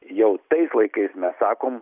jau tais laikais mes sakom